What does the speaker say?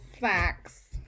facts